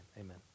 Amen